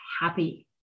Happy